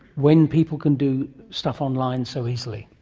when people can do stuff online so easily?